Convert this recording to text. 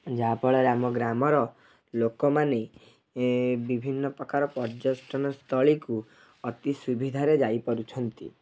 ଯାହାଫଳରେ ଆମ ଗ୍ରାମର ଲୋକମାନେ ବିଭିନ୍ନ ପ୍ରକାର ପର୍ଯ୍ୟଟନ ସ୍ଥଳୀକୁ ଅତି ସୁବିଧାରେ ଯାଇପାରୁଛନ୍ତି